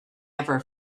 ever